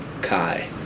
Kai